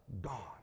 gone